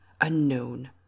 unknown